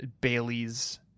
Bailey's